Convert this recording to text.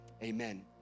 Amen